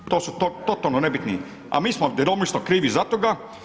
To su totalni nebitni a mi smo djelomično krivi za toga.